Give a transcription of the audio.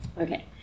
okay